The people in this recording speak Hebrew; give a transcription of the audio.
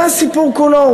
זה הסיפור כולו.